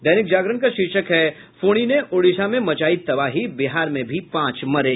दैनिक जागरण का शीर्षक है फोनी ने ओडिशा में मचायी तबाही बिहार में भी पांच मरे